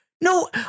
No